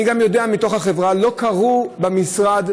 אני יודע מתוך החברה: לא קראו במשרד